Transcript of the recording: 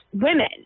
women